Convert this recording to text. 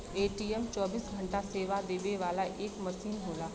ATM चौबीस घंटा सेवा देवे वाला एक मसीन होला